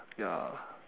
ya